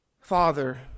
Father